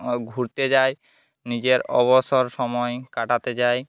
ঘুরতে যায় নিজের অবসর সময় কাটাতে যায়